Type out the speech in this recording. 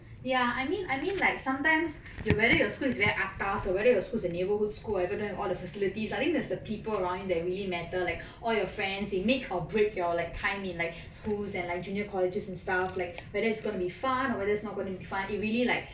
ya I mean I mean like sometimes you whether your school is very atas or whether your school is a neighborhood school and you don't have all the facilities I think that's the people around you that really matter like all your friends they make or break your like time in like schools and like junior colleges and stuff like whether it's going to be fun or whether it's not going to be fun it really like